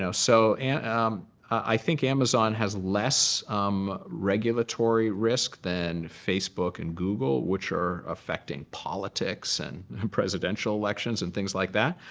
so so and um i think amazon has less regulatory risk than facebook and google, which are affecting politics and presidential elections and things like that.